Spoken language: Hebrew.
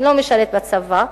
שלא משרת בצבא,